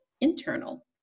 internal